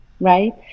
Right